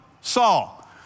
Saul